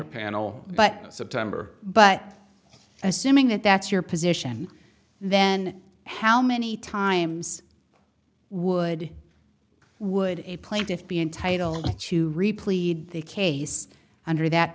panel but september but assuming that that's your position then how many times would would a plaintiff be entitled to replace the case under that